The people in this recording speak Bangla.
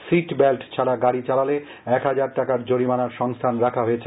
সিট বেল্ট ছাড়া গাড়ি চালালে এক হাজার টাকার জরিমানার সংস্থান রাখা হয়েছে